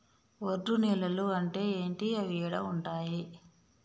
ఒండ్రు నేలలు అంటే ఏంటి? అవి ఏడ ఉంటాయి?